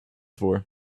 for